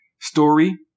story